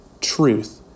truth